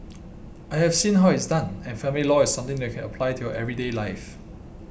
I have seen how it's done and family law is something that you can apply to your everyday life